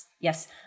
Yes